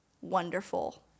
wonderful